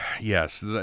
Yes